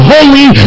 Holy